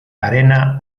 arena